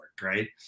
Right